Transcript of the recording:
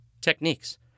Techniques